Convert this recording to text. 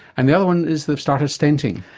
and the other one is they've started stenting?